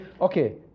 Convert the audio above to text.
Okay